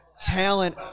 talent